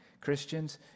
Christians